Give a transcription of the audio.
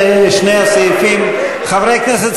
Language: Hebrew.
חברי הכנסת,